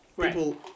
People